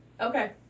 Okay